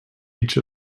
each